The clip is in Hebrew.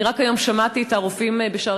אני רק היום שמעתי את הרופאים ב"שערי